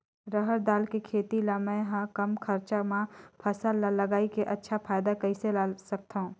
रहर दाल के खेती ला मै ह कम खरचा मा फसल ला लगई के अच्छा फायदा कइसे ला सकथव?